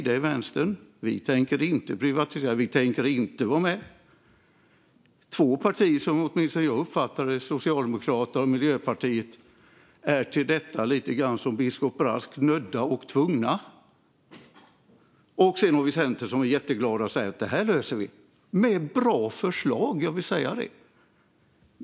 Det är Vänstern, som säger: Vi tänker inte privatisera, och vi tänker inte vara med. Två partier, åtminstone som jag uppfattar det, nämligen Socialdemokraterna och Miljöpartiet, är till detta lite grann som biskop Brask nödda och tvungna. Sedan har vi Centern som är jätteglada och säger: Det här löser vi! Och förslagen är bra; det vill jag säga.